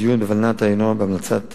הדיון בולנת"ע הינו בהמלצות החוקר,